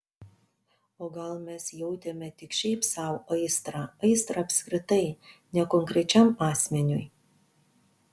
o gal mes jautėme tik šiaip sau aistrą aistrą apskritai ne konkrečiam asmeniui